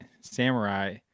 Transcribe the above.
samurai